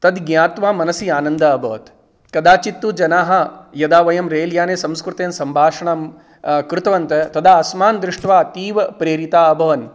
तद् ज्ञात्वा मनसि आनन्दः अभवत् कदाचित् तु जनाः यदा वयं रेल्याने संस्कृतेन सम्भाषणं कृतवन्तः तदा अस्मान् दृष्ट्वा अतीव प्रेरिताः अभवन्